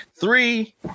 three